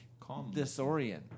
disorient